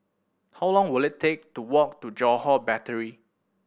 how long will it take to walk to Johore Battery